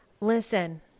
Listen